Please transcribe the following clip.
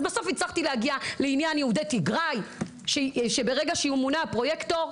אז בסוף הצלחתי להגיע לעניין יהודי תיגראי שברגע שיומונה פרויקטור,